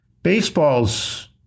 Baseball's